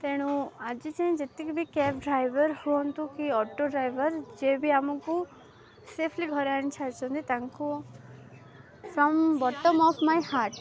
ତେଣୁ ଆଜି ଯାଏଁ ଯେତିକି ବି କ୍ୟାବ୍ ଡ୍ରାଇଭର୍ ହୁଅନ୍ତୁ କି ଅଟୋ ଡ୍ରାଇଭର୍ ଯିଏ ବି ଆମକୁ ସେଫ୍ଲି ଘରେ ଆଣିଛାଡ଼ିଛନ୍ତି ତାଙ୍କୁ from bottom of my heart